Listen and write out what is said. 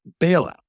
bailout